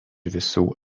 visų